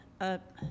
up